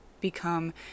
become